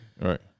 Right